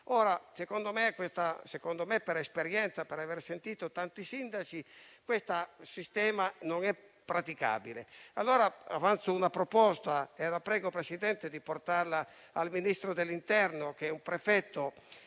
mesi. Secondo me, per esperienza, avendo sentito tanti sindaci, questo sistema non è praticabile. Avanzo pertanto una proposta e la prego, signor Presidente, di portarla al Ministro dell'interno, che è un prefetto